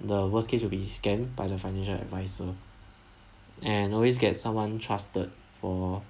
the worst case will be scammed by the financial adviser and always get someone trusted for